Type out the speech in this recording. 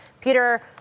Peter